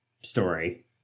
story